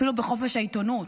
אפילו בחופש העיתונות,